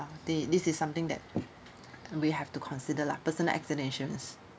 this this is something that we have to consider lah personal accident insurance